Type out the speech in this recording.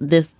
this